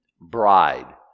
bride